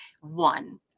One